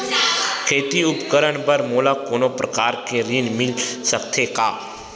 खेती उपकरण बर मोला कोनो प्रकार के ऋण मिल सकथे का?